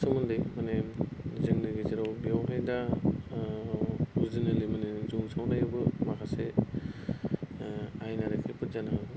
सोमोन्दै माने जोंनि गेजेराव बेयावहाय दा बिदिनो बेलेग बेलेग माने जौ सावनायावबो माखासे आयेनारि खैफोद जानो हागौ